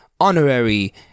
Honorary